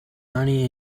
honey